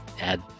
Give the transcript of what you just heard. add